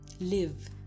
Live